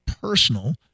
personal